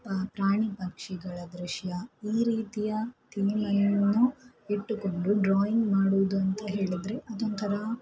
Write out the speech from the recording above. ಪ್ರಾಣಿ ಪಕ್ಷಿಗಳ ದೃಶ್ಯ ಈ ರೀತಿಯ ಥೀಮನ್ನು ಇಟ್ಟುಕೊಂಡು ಡ್ರಾಯಿಂಗ್ ಮಾಡುವುದು ಅಂತ ಹೇಳಿದರೆ ಅದೊಂಥರ